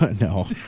no